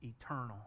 eternal